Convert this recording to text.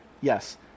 yes